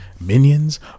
minions